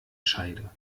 scheide